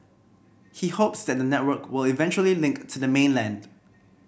he hopes that the network will eventually link to the mainland